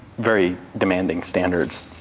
very demanding standards.